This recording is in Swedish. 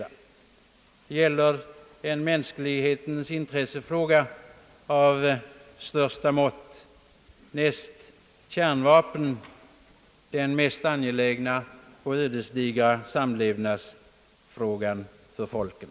Det gäller här en mänsklighetens intressefråga av största mått, näst kärnvapnen den mest angelägna och ödesdigra samlevnadsfrågan för folken.